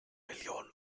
millionen